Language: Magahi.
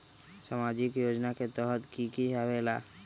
समाजिक योजना के तहद कि की आवे ला?